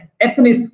ethnic